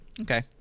Okay